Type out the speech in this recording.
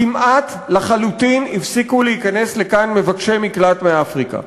כמעט לחלוטין הפסיקו להיכנס לכאן מבקשי מקלט מאפריקה.